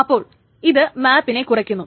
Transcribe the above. അപ്പോൾ ഇത് മാപിനെ കുറക്കുന്നു